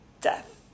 death